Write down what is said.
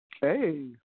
Hey